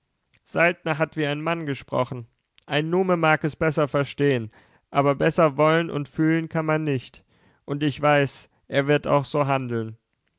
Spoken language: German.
saltner hat wie ein mann gesprochen ein nume mag es besser verstehen aber besser wollen und fühlen kann man nicht und ich weiß er wird auch so handeln